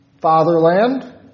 fatherland